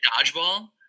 dodgeball